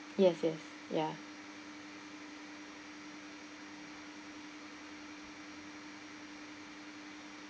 yes yes ya